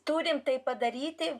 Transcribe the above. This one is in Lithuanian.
turim tai padaryti